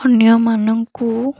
ଅନ୍ୟମାନଙ୍କୁ